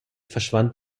verschwand